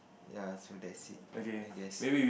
ya so that's it I guess